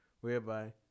whereby